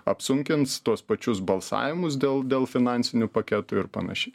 apsunkins tuos pačius balsavimus dėl dėl finansinių paketų ir panašiai